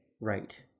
Right